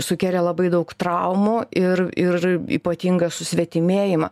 sukėlė labai daug traumų ir ir ypatingą susvetimėjimą